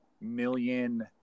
million